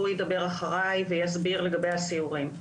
והוא ידבר אחרי ויסביר לגבי הסיורים.